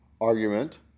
argument